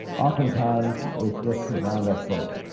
oftentimes, it's just to round up votes.